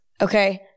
okay